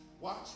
Watch